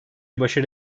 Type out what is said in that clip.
başarı